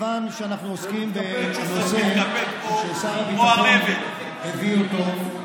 מכיוון שאנחנו עוסקים בנושא ששר הביטחון הביא אותו,